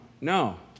No